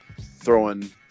throwing